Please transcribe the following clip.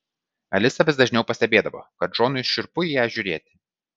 alisa vis dažniau pastebėdavo kad džonui šiurpu į ją žiūrėti